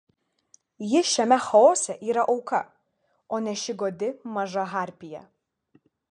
ji šiame chaose yra auka o ne ši godi maža harpija